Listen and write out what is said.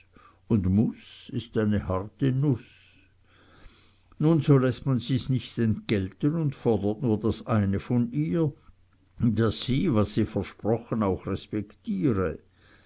und muß ist eine harte nuß und so läßt man sie's nicht entgelten und fordert nur das eine von ihr daß sie was sie versprochen auch respektiere